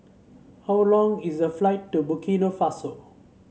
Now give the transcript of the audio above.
how long is the flight to Burkina Faso